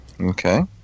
Okay